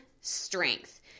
strength